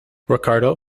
ricardo